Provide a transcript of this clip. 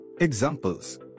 Examples